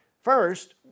First